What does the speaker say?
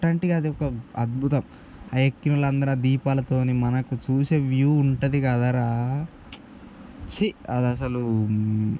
గుట్టంటే అదొక అద్భుతం ఎక్కినా వాళ్ళందరూ ఆ దీపాలతోని మనకి చూసే వ్యూ ఉంటుంది కదరా ఛీ అది అసలు